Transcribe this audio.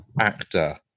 actor